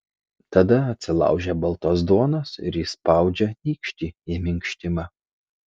tada atsilaužia baltos duonos ir įspaudžia nykštį į minkštimą